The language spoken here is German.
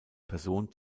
person